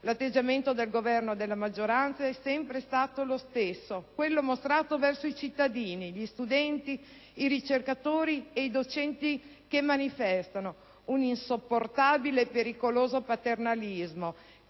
L'atteggiamento del Governo e della maggioranza è stato sempre lo stesso, quello mostrato verso i cittadini, gli studenti, i ricercatori ed i docenti che manifestano. Un insopportabile e pericoloso paternalismo,